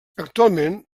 actualment